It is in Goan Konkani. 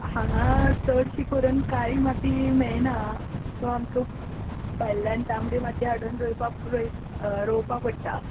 हांगा चडशी करून काळी माती मेळना सो आमकां भायल्यान तांबडी माती हाडून रोयपा रोय रोवपा पडटा